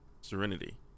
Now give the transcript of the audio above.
Serenity